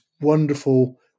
wonderful